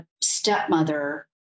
stepmother